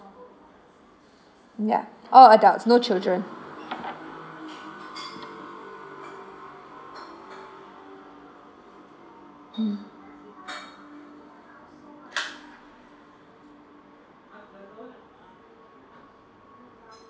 ya all adults no children hmm